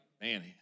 man